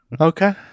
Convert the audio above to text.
Okay